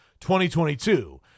2022